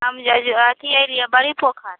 हम जजु अथी एरिया बड़ी पोखर